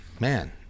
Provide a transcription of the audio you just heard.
man